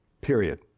Period